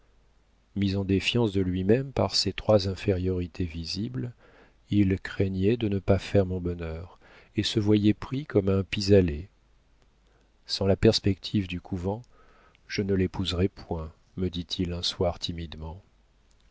mis en défiance de lui-même par ces trois infériorités visibles il craignait de ne pas faire mon bonheur et se voyait pris comme un pis-aller sans la perspective du couvent je ne l'épouserais point me dit-il un soir timidement